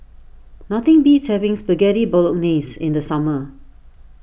nothing beats having Spaghetti Bolognese in the summer